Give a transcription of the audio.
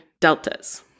deltas